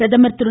பிரதமர் திரு